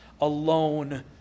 alone